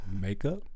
Makeup